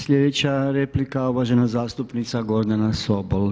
Sljedeća replika, uvažena zastupnica Gordana Sobol.